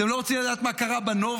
אתם לא רוצים לדעת מה קרה בנובה?